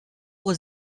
was